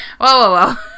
whoa